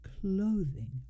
clothing